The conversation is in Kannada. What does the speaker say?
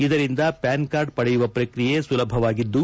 ಇದರಿಂದ ಪ್ಯಾನ್ ಕಾರ್ಡ್ ಪಡೆಯುವ ಪ್ರಕ್ರಿಯೆ ಸುಲಭವಾಗಿದ್ದು